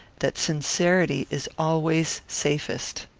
that sincerity is always safest.